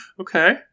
Okay